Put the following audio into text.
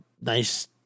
nice